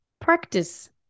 practice